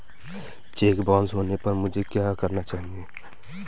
Check bounce होने पर मुझे क्या करना चाहिए?